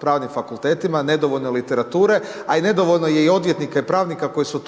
pravnim fakultetima, nedovoljno literature, a i nedovoljno je i odvjetnika i pravnika koji su